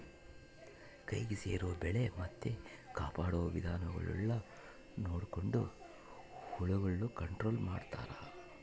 ಕೈಗೆ ಸೇರೊ ಬೆಳೆ ಮತ್ತೆ ಕಾಪಾಡೊ ವಿಧಾನಗುಳ್ನ ನೊಡಕೊಂಡು ಹುಳಗುಳ್ನ ಕಂಟ್ರೊಲು ಮಾಡ್ತಾರಾ